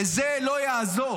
וזה לא יעזור,